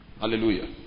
Hallelujah